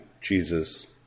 Jesus